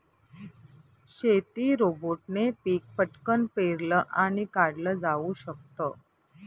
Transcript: शेती रोबोटने पिक पटकन पेरलं आणि काढल जाऊ शकत